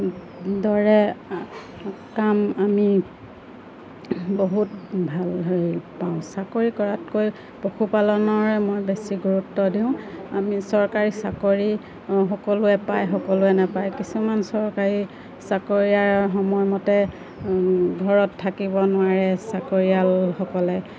দৰে কাম আমি বহুত ভাল হৈ পাওঁ চাকৰি কৰাতকৈ পশুপালনৰ মই বেছি গুৰুত্ব দিওঁ আমি চৰকাৰী চাকৰি সকলোৱে পায় সকলোৱে নাপায় কিছুমান চৰকাৰী চাকৰিয়াৰ সময়মতে ঘৰত থাকিব নোৱাৰে চাকৰিয়ালসকলে